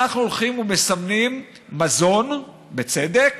אנחנו הולכים ומסמנים מזון, בצדק,